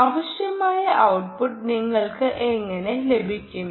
ആവശ്യമായ ഔട്ട്പുട്ട് നിങ്ങൾക്ക് എങ്ങനെ ലഭിക്കും